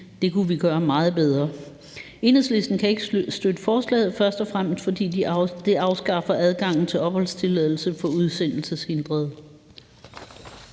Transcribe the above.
Det kunne vi gøre meget bedre. Enhedslisten kan ikke støtte forslaget, først og fremmest fordi det afskaffer adgangen til opholdstilladelse for udsendelseshindrede.